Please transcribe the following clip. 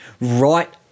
right